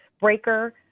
Breaker